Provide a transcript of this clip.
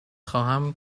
خواهم